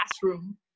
classroom